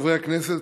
חברי הכנסת,